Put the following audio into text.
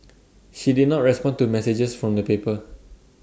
she did not respond to messages from the paper